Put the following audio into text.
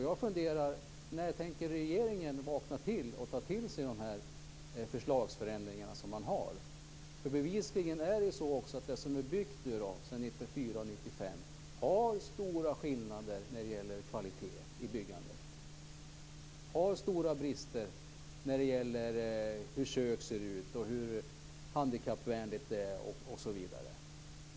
Jag undrar: När tänker regeringen vakna och ta till sig de förslag om förändringar som finns? Bevisligen är det så att det som är byggt sedan 1994-1995 har stora skillnader när det gäller kvalitet i byggandet, stora brister när det gäller hur kök ser ut, hur handikappvänligt det är osv.